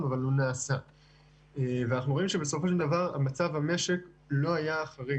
יכול להיות שבסוף התקופה אולי נצטרך לעשות הערכות